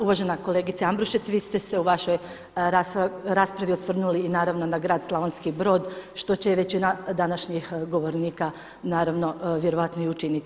Uvažena kolegice Ambrušec vi ste se u vašoj raspravi osvrnuli naravno i na grad Slavonski Brod što će i većina današnjih govornika naravno vjerojatno i učiniti.